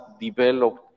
developed